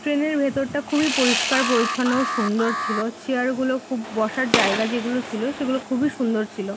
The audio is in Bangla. ট্রেনের ভেতরটা খুবই পরিষ্কার পরিচ্ছন্ন ও সুন্দর ছিলো চেয়ারগুলো খুব বসার জায়গা যেগুলো ছিলো সেগুলো খুবই সুন্দর ছিলো